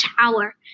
Tower